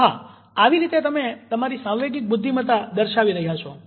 તો હા આવી રીતે તમે તમારી સાંવેગિક બુદ્ધિમતા દર્શાવી રહ્યા છો